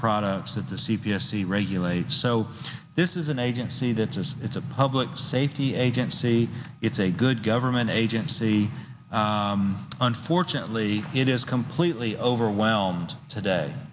products that the c p s the regulates so this is an agency that says it's a public safety agency it's a good government agency unfortunately it is completely overwhelmed today